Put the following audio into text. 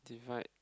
divide